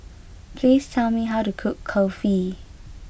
please tell me how to cook Kulfi